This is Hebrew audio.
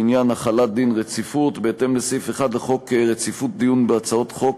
לעניין החלת דין רציפות: בהתאם לסעיף 1 לחוק רציפות הדיון בהצעות חוק,